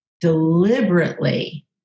deliberately